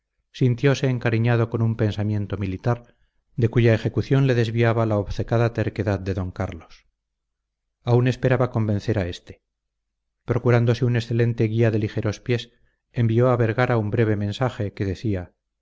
vitoria sintiose encariñado con su pensamiento militar de cuya ejecución le desviaba la obcecada terquedad de d carlos aún esperaba convencer a éste procurándose un excelente guía de ligeros pies envió a vergara un breve mensaje que decía